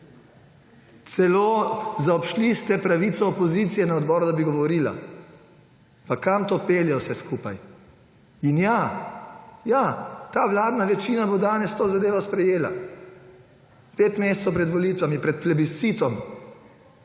Celo zaobšli ste pravico opozicije na odboru, da bi govorila. Pa kam to pelje vse skupaj?! In ja, ja, ta vladna večina bo danes to zadevo sprejela, pet mesecev pred volitvami, pred plebiscitom,